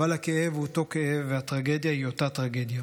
אבל הכאב הוא אותו כאב והטרגדיה היא אותה טרגדיה.